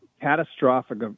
catastrophic